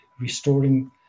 restoring